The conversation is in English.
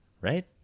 right